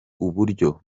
uburyo